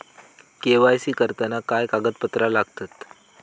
KYC करताना काय कागदपत्रा लागतत?